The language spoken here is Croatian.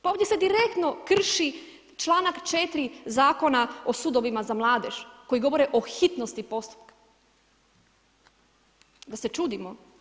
Pa ovdje se direktno krši čl. 4. Zakona o sudovima za mladež koji govore o hitnosti postupka, pa se čudimo.